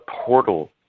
portal